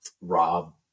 Rob